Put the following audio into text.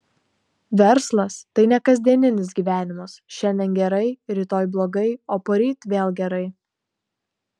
verslas tai ne kasdieninis gyvenimas šiandien gerai rytoj blogai o poryt vėl gerai